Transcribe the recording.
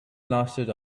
lasted